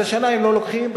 השנה הם לא לוקחים,